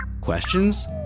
Questions